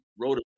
wrote